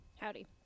howdy